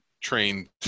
trained